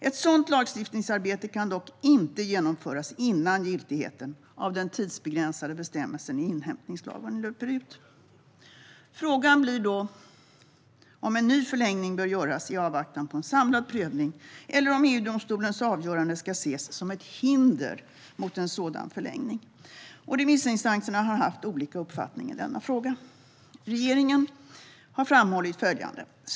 Ett sådant lagstiftningsarbete kan dock inte genomföras innan giltigheten av den tidsbegränsade bestämmelsen i inhämtningslagen löper ut. Frågan blir då om en ny förlängning bör göras i avvaktan på en samlad prövning eller om EU-domstolens avgörande ska ses som ett hinder mot en sådan förlängning. Remissinstanserna har haft olika uppfattning i denna fråga. Regeringen har framhållit följande.